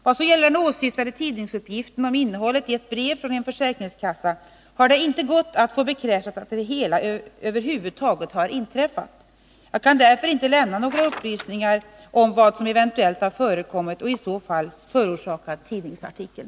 Vad så gäller den åsyftade tidningsuppgiften om innehållet i ett brev från en försäkringskassa har det inte gått att få bekräftat att det hela över huvud taget inträffat. Jag kan därför inte lämna några uppgifter om vad som eventuellt har förekommit och i så fall förorsakat tidningsartikeln.